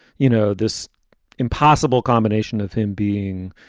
you know, this impossible combination of him being,